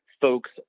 folks